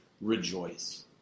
Rejoice